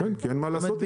אין מה לעשות איתם.